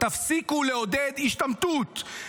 תפסיקו לעודד השתמטות,